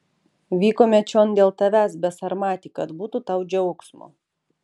vykome čion dėl tavęs besarmati kad būtų tau džiaugsmo